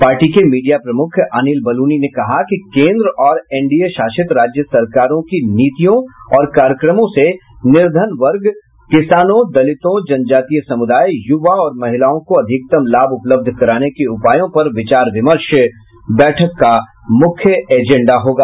party के media प्रमुख अनिल बलूनी ने कहा कि केंद्र और एनडीए शासित राज्य सरकारों की नीतियों और कार्यक्रमों से निर्धन वर्ग किसानों दलितों जनजातिय समुदाय युवा और महिलाओं को अधिकतम लाभ उपलब्ध कराने के उपायों पर विचार विमर्श मुख्य एजेंडा होगा